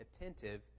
attentive